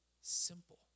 simple